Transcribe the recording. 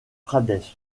pradesh